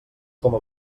coma